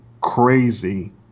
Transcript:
crazy